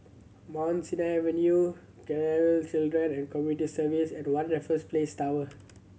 Mount Sinai Avenue Children and Community Service and One Raffles Place Tower